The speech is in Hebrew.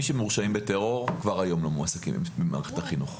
מי שמורשעים בטרור כבר היום לא מועסקים במערכת החינוך.